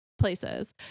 places